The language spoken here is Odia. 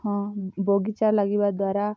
ହଁ ବଗିଚା ଲାଗିବା ଦ୍ୱାରା